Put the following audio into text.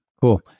cool